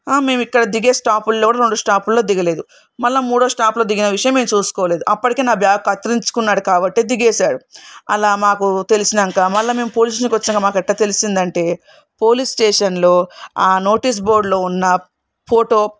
ఆ మేము ఇక్కడ దిగే స్టాపుల్లో రెండు స్టాపుల్లో దిగలేదు మల్ల మూడో స్టాప్లో దిగిన విషయం మేము చూసుకోలేదు అప్పటికే నా బ్యాగ్ కత్తిరించుకున్నాడు కాబట్టి దిగేశాడు అలా మాకు తెలిసినాక మళ్ళీ మేము పోలీస్ స్టేషన్కి వచ్చినాక మాకు ఎట్టా తెలిసింది అంటే పోలీస్ స్టేషన్లో ఆ నోటీస్ బోర్డ్లో ఉన్న ఫోటో